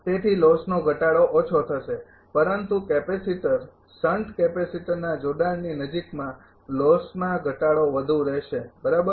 તેથી લોસનો ઘટાડો ઓછો થશે પરંતુ કેપેસિટર શંટ કેપેસિટરના જોડાણની નજીકમાં લોસમાં ઘટાડો વધુ રહેશે બરાબર